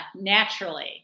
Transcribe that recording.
Naturally